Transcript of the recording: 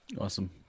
awesome